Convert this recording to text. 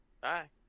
bye